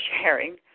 sharing